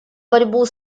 борьбу